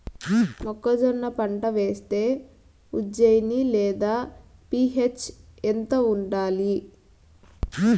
మొక్కజొన్న పంట వేస్తే ఉజ్జయని లేదా పి.హెచ్ ఎంత ఉండాలి?